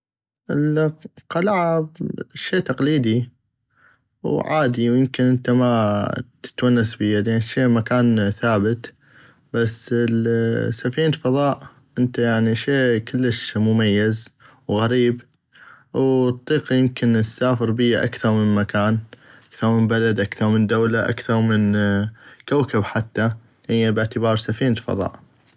القلعة شي تقليدي وعادي ويمكن انت ما تتونس بيا لان الشي المكان ثابت بس السفينة فضاء انت يعني شي كلش مميز ووغريب واطيق يمكن تسافر بيا اكثغ من مكان اكثغ من بلد اكثغ من دولة اكثغ من كوكب حتى هيا باعتبار سفينة فضاء.